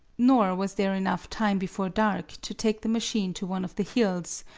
nor was there enough time before dark to take the machine to one of the hills,